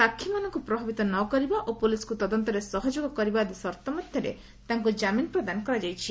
ସାକ୍ଷୀମାନଙ୍କୁ ପ୍ରଭାବିତ ନ କରିବା ଓ ପୋଲିସକୁ ତଦନ୍ତରେ ସହଯୋଗ କରିବା ଆଦି ସର୍ଉ ମଧ୍ଧରେ ତାଙ୍କ ଜାମିନ ପ୍ରଦାନ କରାଯାଇଛି